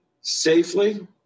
safely